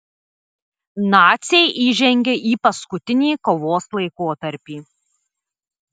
naciai įžengė į paskutinį kovos laikotarpį